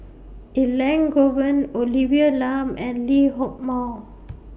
Elangovan Olivia Lum and Lee Hock Moh